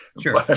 Sure